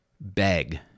beg